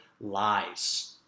lies